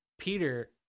Peter